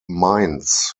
mainz